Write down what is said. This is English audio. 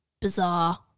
bizarre